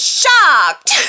shocked